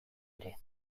ere